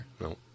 No